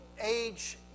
age